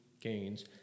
gains